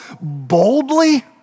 boldly